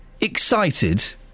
excited